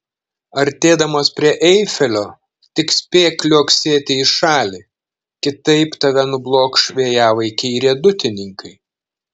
artėdamas prie eifelio tik spėk liuoksėti į šalį kitaip tave nublokš vėjavaikiai riedutininkai